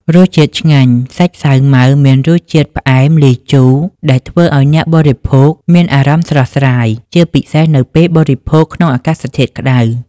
រសជាតិឆ្ងាញ់ សាច់សាវម៉ាវមានរសជាតិ ផ្អែមលាយជូរ ដែលធ្វើឱ្យអ្នកបរិភោគមានអារម្មណ៍ស្រស់ស្រាយ ជាពិសេសនៅពេលបរិភោគក្នុងអាកាសធាតុក្តៅ។